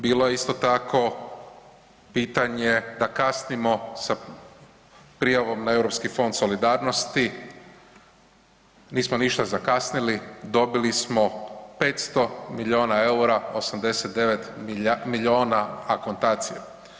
Bilo je isto tako pitanje da kasnimo sa prijavom na Europski fond solidarnosti, nismo ništa zakasnili, dobili smo 500 miliona EUR-a, 89 miliona akontacije.